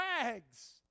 rags